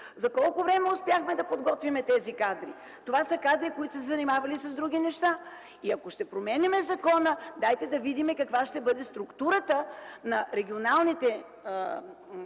За колко време успяхме да подготвим тези кадри? Това са кадри, които са се занимавали с други неща. И ако ще променяме закона, дайте да видим каква ще бъде структурата на регионалните